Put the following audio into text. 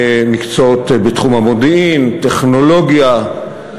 מקצועות בתחום המודיעין, טכנולוגיה.